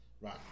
Right